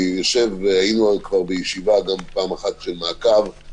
היינו כבר בישיבה פעם אחת של מעקב,